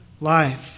life